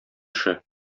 эше